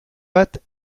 bat